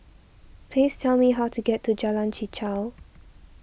please tell me how to get to Jalan Chichau